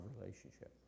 relationship